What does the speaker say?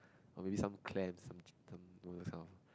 or maybe some clams some chicken broth this kind of